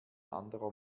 anderer